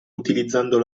utilizzando